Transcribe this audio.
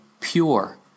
pure